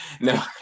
no